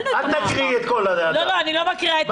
אל תקריאי את כל ה- -- לא, אני לא מקריאה את הכל.